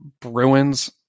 Bruins